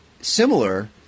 similar